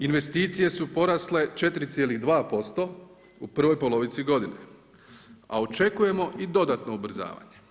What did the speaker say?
Investicije su porasle 4,2% u prvoj polovici godine a očekujemo i dodatno ubrzavanje.